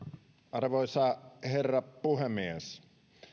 arvoisa herra puhemies